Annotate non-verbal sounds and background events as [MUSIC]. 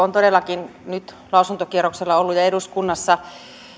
[UNINTELLIGIBLE] on todellakin nyt lausuntokierroksella ollut ja eduskunnassa